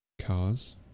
Cars